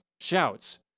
shouts